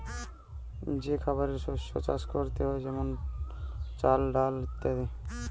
যে খাবারের শস্য চাষ করতে হয়ে যেমন চাল, ডাল ইত্যাদি